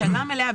בשנה המלאה,